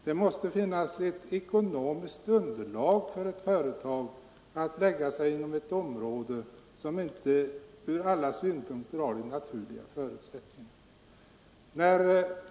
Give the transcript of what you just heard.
Det måste finnas ett ekonomiskt underlag om ett företag skall lägga sig inom ett område som inte ur alla synpunkter har de naturliga förutsättningarna.